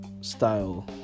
style